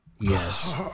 Yes